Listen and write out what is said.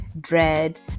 dread